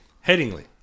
Headingly